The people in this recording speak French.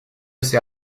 sait